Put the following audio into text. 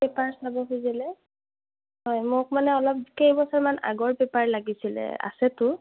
paper চাব খুজিলে হয় মোক মানে অলপ কেইবছৰ মান আগৰ পেপাৰ লাগিছিল আছেতো